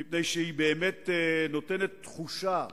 מפני שהיא באמת נותנת תחושה